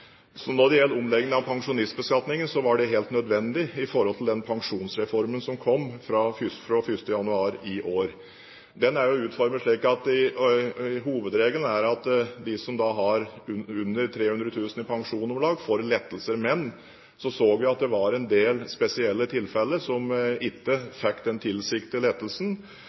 Når det gjelder omleggingen av pensjonistbeskatningen, var det helt nødvendig på grunn av den pensjonsreformen som kom 1. januar i år. Hovedregelen er at de som har under om lag 300 000 kr i pensjon, får lettelser. Men så så vi at man i en del spesielle tilfeller ikke fikk den